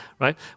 right